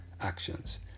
actions